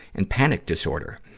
and panic disorder.